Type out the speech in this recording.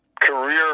career